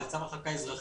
זה צו הרחקה אזרחי.